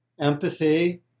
empathy